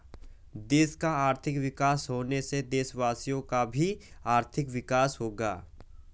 देश का आर्थिक विकास होने से देशवासियों का भी आर्थिक विकास होगा